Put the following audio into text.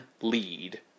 lead